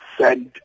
send